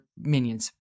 minions